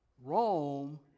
Rome